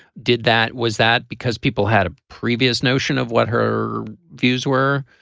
did that. was that because people had a previous notion of what her views were.